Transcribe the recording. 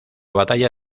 batalla